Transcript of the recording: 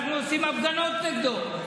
אנחנו עושים הפגנות נגדו.